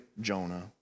Jonah